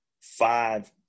five